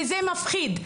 וזה מפחיד.